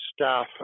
staff